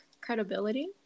credibility